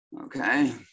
okay